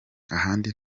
ahandi